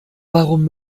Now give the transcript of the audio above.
warum